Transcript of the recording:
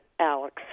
Alex